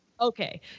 Okay